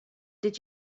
did